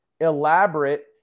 elaborate